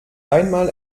einmal